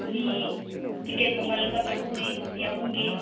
ꯃꯤ ticket ꯃꯃꯜ ꯂꯨꯄꯥ ꯆꯍꯨꯝꯅꯤ ꯃꯤ ꯑꯍꯨꯝꯒꯤ